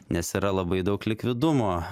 nes yra labai daug likvidumo